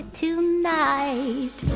tonight